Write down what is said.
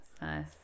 Nice